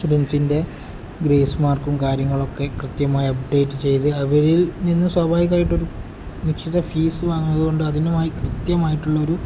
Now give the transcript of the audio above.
സ്റ്റുഡൻറ്സിൻ്റെ grace മാർക്കും കാര്യങ്ങളൊക്കെ കൃത്യമായി അപ്ഡേറ്റ് ചെയ്ത് അവരിൽനിന്ന് സ്വാഭാവികമായിട്ടൊരു നിശ്ചിത ഫീസ് വാങ്ങുന്നത് കൊണ്ട് അതിനുമായി കൃത്യമായിട്ടുള്ളൊരു